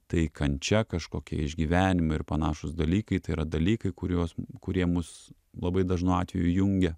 tai kančia kažkokia išgyvenimai ir panašūs dalykai tai yra dalykai kuriuos kurie mus labai dažnu atveju jungia